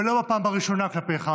ולא בפעם הראשונה כלפיך,